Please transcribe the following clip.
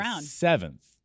seventh